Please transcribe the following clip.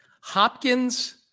Hopkins